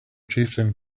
chieftain